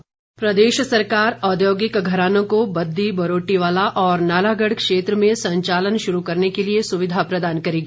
जयराम प्रदेश सरकार औद्योगिक घरानों को बददी बरोटीवाला और नालागढ़ क्षेत्र में संचालन शुरू करने के लिए सुविधा प्रदान करेगी